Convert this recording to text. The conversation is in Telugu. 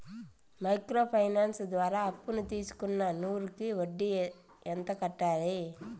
మైక్రో ఫైనాన్స్ ద్వారా అప్పును తీసుకున్న నూరు కి వడ్డీ ఎంత కట్టాలి?